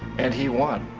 and he won.